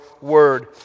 word